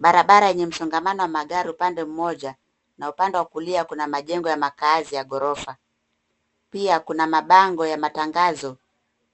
Barabara yenye msongamano wa magari upande mmoja na upande wa kulia kuna majengo ya makazi ya gorofa. Pia kuna mabango ya matangazo